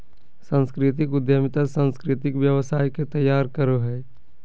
सांस्कृतिक उद्यमिता सांस्कृतिक व्यवसाय के तैयार करो हय